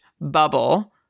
bubble